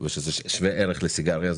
וזה שווה ערך לסיגריה.